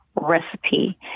recipe